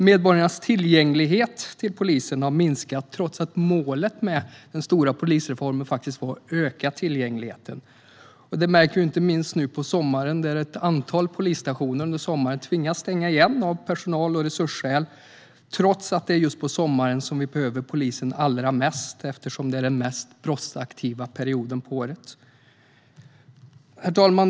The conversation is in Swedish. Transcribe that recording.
Medborgarnas tillgänglighet till polisen har minskat trots att målet med den stora polisreformen var att öka tillgängligheten. Det märker vi inte minst nu på sommaren när ett antal polisstationer tvingas stänga igen av personal och resursskäl trots att det är just på sommaren som vi behöver polisen allra mest eftersom det är den mest brottsaktiva perioden på året. Herr talman!